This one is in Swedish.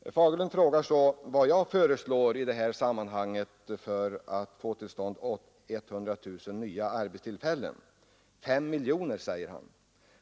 Herr Fagerlund frågar vad jag föreslår för att få till stånd 100 000 nya arbetstillfällen. 5 miljoner kronor, säger han.